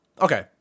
Okay